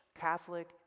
Catholic